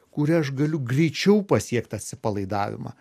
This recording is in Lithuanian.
kuria aš galiu greičiau pasiekt atsipalaidavimą